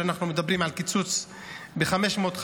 אנחנו מדברים על קיצוץ ב-550,